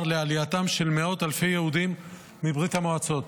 לעלייתם של מאות-אלפי יהודים מברית המועצות.